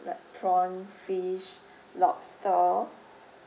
like prawn fish lobster